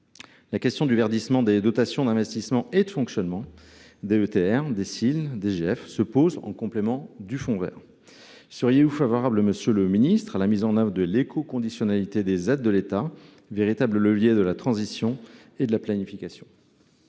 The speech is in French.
La question du verdissement des dotations d’investissement et de fonctionnement – DETR, DSIL, DGF – se pose donc, en complément du fonds vert. Monsieur le ministre, seriez vous favorable à la mise en œuvre de l’écoconditionnalité des aides de l’État, véritable levier de la transition et de la planification ?